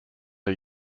are